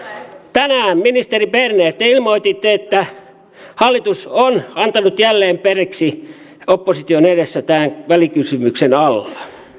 tänään ministeri berner te ilmoititte että hallitus on antanut jälleen periksi opposition edessä tämän välikysymyksen alla